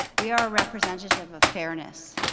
we are a representative of fairness.